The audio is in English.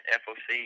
foc